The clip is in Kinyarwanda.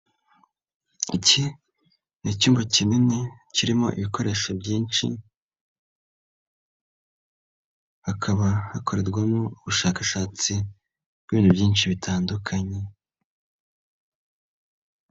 Iki ni icyumba kinini kirimo ibikoresho byinshi, hakaba hakorerwamo ubushakashatsi bw'ibintu byinshi bitandukanye.